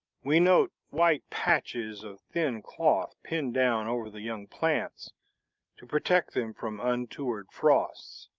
we note white patches of thin cloth pinned down over the young plants to protect them from untoward frosts.